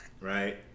right